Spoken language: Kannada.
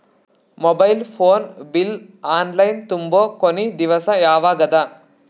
Mobile phone bill online ತುಂಬೊ ಕೊನಿ ದಿವಸ ಯಾವಗದ?